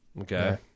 Okay